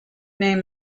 name